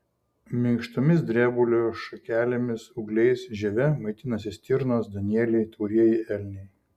minkštomis drebulių šakelėmis ūgliais žieve maitinasi stirnos danieliai taurieji elniai